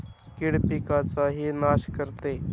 कीड पिकाचाही नाश करते